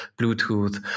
Bluetooth